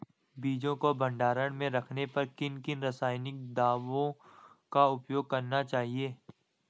बीजों को भंडारण में रखने पर किन किन रासायनिक दावों का उपयोग करना चाहिए?